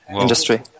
industry